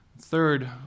Third